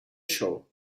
show